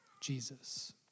Jesus